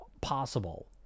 possible